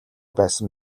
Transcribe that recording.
байсан